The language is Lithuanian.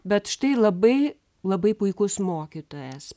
bet štai labai labai puikus mokytojas